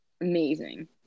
amazing